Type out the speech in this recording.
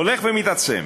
הולך ומתעצם.